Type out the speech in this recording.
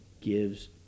gives